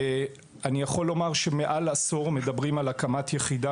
אני יכול לומר שכבר מעל עשור מדברים על הקמת יחידה